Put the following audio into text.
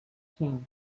came